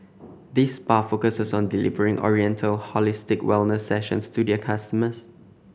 this spa focuses on delivering oriental holistic wellness sessions to their customers